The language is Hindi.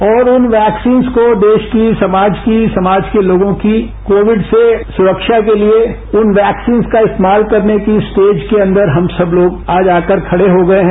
और उन वैक्सीन्स को देश की समाज की समाज के लोगों की कोविड से सुख्या के लिए इन वैक्सीन्स का इस्तेमाल करने की स्टेज के अंदर हम सब लोग आज आकर खड़े हो गए हैं